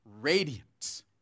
radiant